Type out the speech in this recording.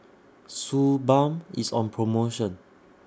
Suu Balm IS on promotion